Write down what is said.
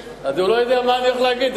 הוא לא יודע מה אני הולך להגיד,